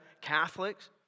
Catholics